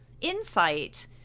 insight